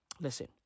Listen